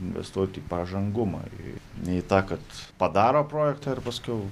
investuoti į pažangumą į ne į tą kad padaro projektą ir paskiau